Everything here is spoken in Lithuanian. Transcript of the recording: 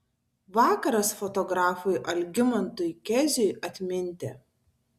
vakaras fotografui algimantui keziui atminti